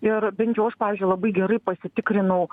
ir bent jau aš pavyzdžiui labai gerai pasitikrinau